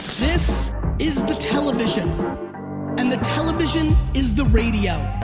this is the television and the television is the radio.